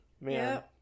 Man